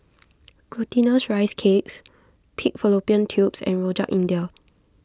Glutinous Rice Cakes Pig Fallopian Tubes and Rojak India